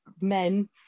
men